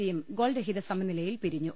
സിയും ഗോൾ രഹിത സമനിലയിൽ പിരിഞ്ഞു